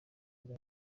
yari